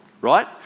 Right